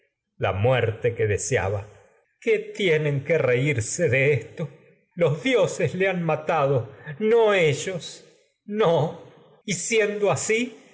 que muerte deseaba qué tienen han reírse de esto los dioses matado no ellos ya no y siendo asi